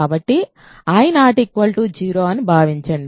కాబట్టి I 0 అని భావించండి